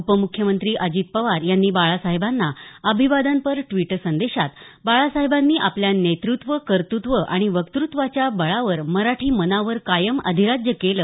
उपमुख्यमंत्री अजित पवार यांनी बाळासाहेबांना अभिवादनपर ड्वीट संदेशात बाळासाहेबांनी आपल्या नेतृत्व कर्तृत्व आणि वक्तृत्वाच्या बळावर मराठी मनावर कायम अधिराज्य केलं